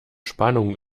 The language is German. spannung